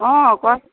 অঁ